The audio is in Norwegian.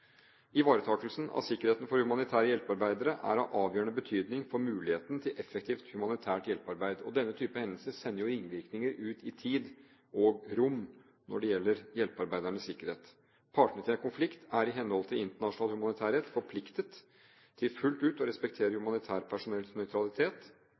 av sikkerheten for humanitære hjelpearbeidere er av avgjørende betydning for muligheten til effektivt humanitært hjelpearbeid, og denne typen hendelser sender jo ringvirkninger ut i tid og rom når det gjelder hjelpearbeidernes sikkerhet. Partene til en konflikt er i henhold til internasjonal humanitær rett forpliktet til fullt ut å respektere